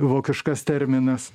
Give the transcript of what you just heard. vokiškas terminas